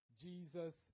Jesus